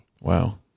Wow